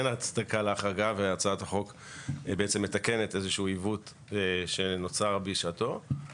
והצעת החוק מתקנת עיוות שנוצר בשעתו.